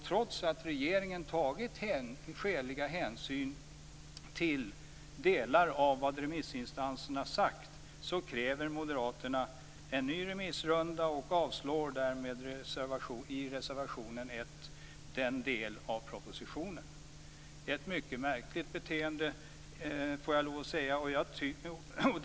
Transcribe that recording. Trots att regeringen har tagit skäliga hänsyn till delar av vad remissinstanserna sagt, kräver Moderaterna en ny remissrunda och yrkar därmed avslag på den delen av propositionen i reservation 1. Det är ett mycket märkligt beteende.